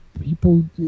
people